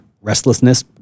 restlessness